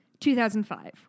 2005